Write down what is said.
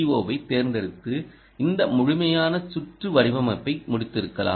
ஓவைத் தேர்ந்தெடுத்து இந்த முழுமையான சுற்று வடிவமைப்பை முடித்திருக்கலாம்